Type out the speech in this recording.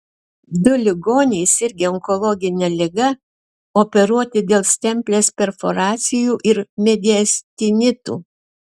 du ligoniai sirgę onkologine liga operuoti dėl stemplės perforacijų ir mediastinitų